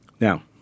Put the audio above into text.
Now